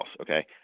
okay